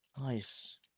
Nice